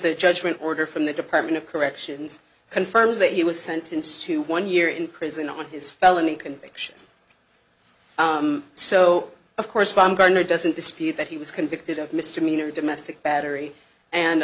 the judgment order from the department of corrections confirms that he was sentenced to one year in prison on his felony conviction so of course baumgartner doesn't dispute that he was convicted of mr minor domestic battery and